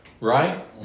right